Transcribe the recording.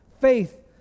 faith